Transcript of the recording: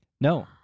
No